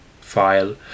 file